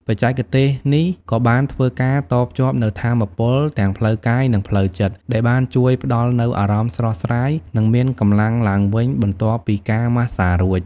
បច្ចេកទេសនេះក៏បានធ្វើការតភ្ជាប់នូវថាមពលទាំងផ្លូវកាយនិងផ្លូវចិត្ត ដែលបានជួយផ្តល់នូវអារម្មណ៍ស្រស់ស្រាយនិងមានកម្លាំងឡើងវិញបន្ទាប់ពីការម៉ាស្សារួច។